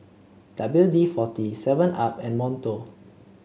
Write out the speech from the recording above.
W D forty Seven Up and Monto